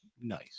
Nice